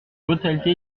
brutalité